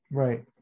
right